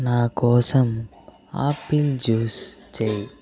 నా కోసం apple juice చెయ్యి